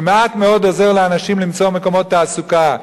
מעט מאוד עוזר לאנשים למצוא מקומות תעסוקה.